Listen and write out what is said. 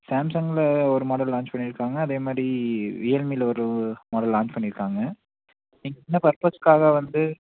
சாம்சங்கில் ஒரு model launch பண்ணியிருக்காங்க அதேமாதிரி ரியல்மியில் ஒரு மாடல் லான்ச் பண்ணியிருக்காங்க நீங்கள் என்ன பர்பஸுக்காக வந்து